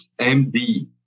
MD